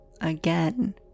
again